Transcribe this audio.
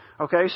Okay